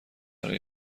برای